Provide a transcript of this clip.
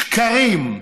שקרים.